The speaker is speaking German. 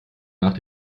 nach